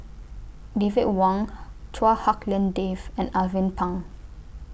David Wong Chua Hak Lien Dave and Alvin Pang